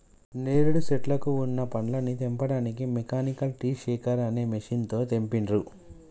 నేరేడు శెట్లకు వున్న పండ్లని తెంపడానికి మెకానికల్ ట్రీ షేకర్ అనే మెషిన్ తో తెంపిండ్రు